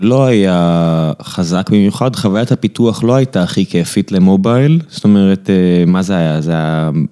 לא היה חזק במיוחד, חוויית הפיתוח לא הייתה הכי כיפית למובייל, זאת אומרת, מה זה היה? זה היה...